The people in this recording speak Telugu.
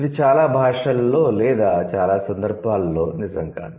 ఇది చాలా భాషలలో లేదా చాలా సందర్భాలలో నిజం కాదు